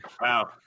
Wow